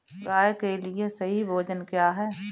गाय के लिए सही भोजन क्या है?